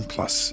Plus